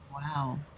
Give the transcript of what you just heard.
wow